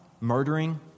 murdering